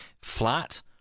flat